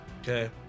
Okay